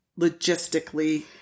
logistically